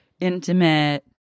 intimate